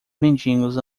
mendigos